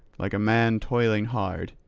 like a man toiling hard,